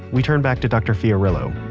we turn back to dr. fiorillo